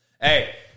Hey